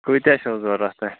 کۭتیاہ چھُو ضروٗرت توہہِ